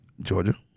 Georgia